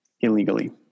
illegally